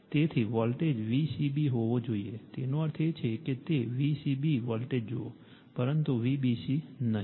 તેથી voltage Vcb હોવો જોઈએ તેનો અર્થ એ છે કે તે Vcb વોલ્ટેજ જુઓ પરંતુ Vbc નહીં